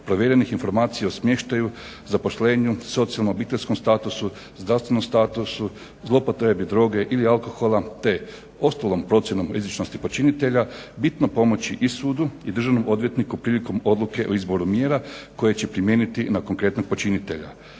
provjerenih informacija o smještaju, zaposlenju, socijalno-obiteljskom statusu, zdravstvenom statusu, zloupotrebi droge ili alkohola, te ostalom procjenom rizičnosti počinitelja bitno pomoći i sudu i državnom odvjetniku prilikom odluke o izboru mjera koje će primijeniti na konkretnog počinitelja,